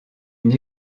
une